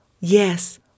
Yes